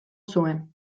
zuen